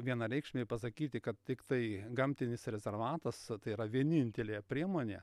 vienareikšmiai pasakyti kad tiktai gamtinis rezervatas tai yra vienintelė priemonė